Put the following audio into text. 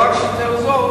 לא רק שיותר זול,